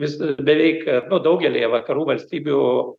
jis beveik nu daugelyje vakarų valstybių